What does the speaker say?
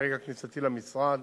מרגע כניסתי למשרד